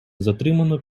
затримано